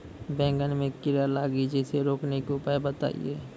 बैंगन मे कीड़ा लागि जैसे रोकने के उपाय बताइए?